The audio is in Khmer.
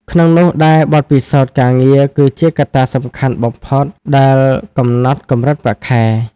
ក្នុងនោះដែរបទពិសោធន៍ការងារ គឺជាកត្តាសំខាន់បំផុតដែលកំណត់កម្រិតប្រាក់ខែ។